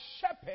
shepherd